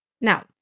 Now